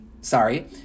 sorry